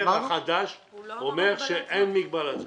החדש אחרי שתעשו את החישובים הנדרשים.